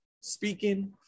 speaking